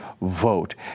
vote